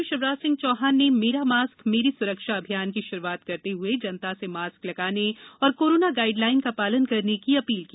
मुख्यमंत्री शिवराज सिंह चौहान ने मेरा मास्क मेरी सुरक्षा अभियान की शुरुआत करते हुए जनता से मास्क लगाने और कोरोना गाइडलाइन का शालन करने की अशील की